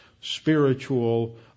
spiritual